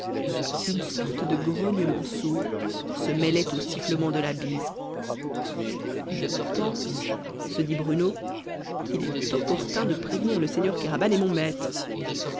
une sorte de grognement sourd se mêlait aux sifflements de la brise je pense se dit bruno qu'il est opportun de prévenir le seigneur kéraban et mon maître